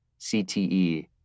CTE